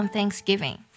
Thanksgiving